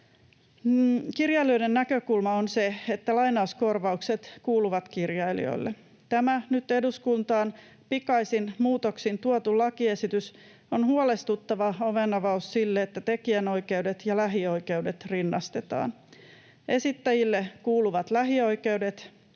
Kirjailijoiden näkökulma on se, että lainauskorvaukset kuuluvat kirjailijoille. Tämä nyt eduskuntaan pikaisin muutoksin tuotu lakiesitys on huolestuttava ovenavaus sille, että tekijänoikeudet ja lähioikeudet rinnastetaan. Esittäjille kuuluvat lähioikeudet,